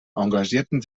engagierten